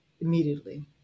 immediately